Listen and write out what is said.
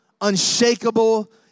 unshakable